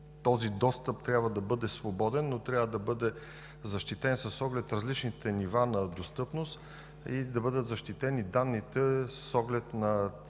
Този достъп трябва да бъде свободен, но трябва да бъде защитен с оглед различните нива на достъпност, да бъдат защитени данните с оглед на